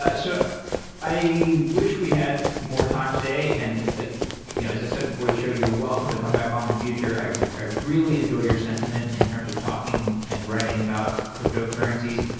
i so i wish we had more time today. and ah you know as as i said before the show, you're welcome to come back on the future. i i really enjoy your sentiment in terms of talking and writing about cryptocurrencies.